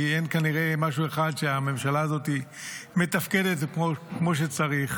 כי כנראה אין משהו אחד שהממשלה הזאת מתפקדת בו כמו שצריך.